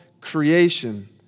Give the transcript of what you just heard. creation